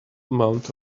amount